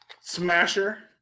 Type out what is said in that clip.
Smasher